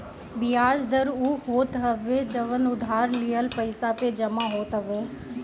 बियाज दर उ होत हवे जवन उधार लिहल पईसा पे जमा होत हवे